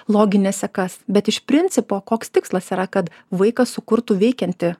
logines sekas bet iš principo koks tikslas yra kad vaikas sukurtų veikiantį